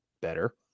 better